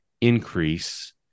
increase